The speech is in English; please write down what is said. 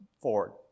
forward